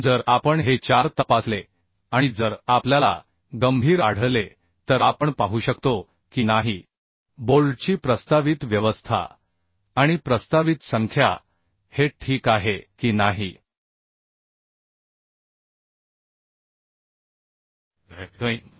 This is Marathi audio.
म्हणून जर आपण हे चार तपासले आणि जर आपल्याला गंभीर आढळले तर आपण पाहू शकतो की नाही बोल्टची प्रस्तावित व्यवस्था आणि प्रस्तावित संख्या हे ठीक आहे की नाही Fm